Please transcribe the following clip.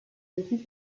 vécu